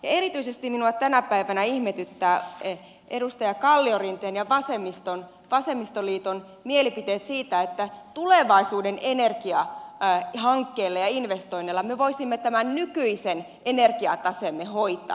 erityisesti minua tänä päivänä ihmetyttävät edustaja kalliorinteen ja vasemmistoliiton mielipiteet siitä että tulevaisuuden energiahankkeilla ja investoinneilla me voisimme tämän nykyisen energiataseemme hoitaa